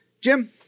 Jim